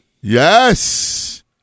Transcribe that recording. Yes